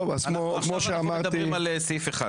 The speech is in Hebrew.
בבקשה.